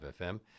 FM